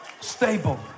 Stable